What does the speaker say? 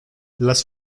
las